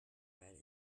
bread